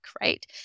right